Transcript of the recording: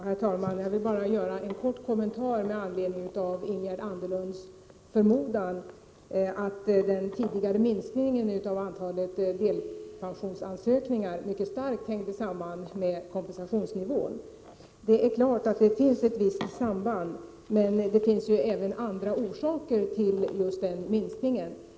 Herr talman! Jag vill bara göra en kort kommentar med anledning av Ingegerd Anderlunds förmodan att den tidigare minskningen av antalet delpensionsansökningar mycket starkt hänger samman med kompensationsnivån. Det är klart att det finns visst samband, men det finns även andra orsaker till minskningen.